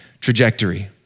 trajectory